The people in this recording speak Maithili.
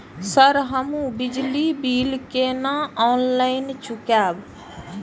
सर हमू बिजली बील केना ऑनलाईन चुकेबे?